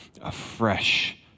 afresh